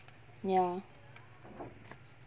ya